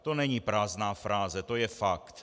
To není prázdná fráze, to je fakt.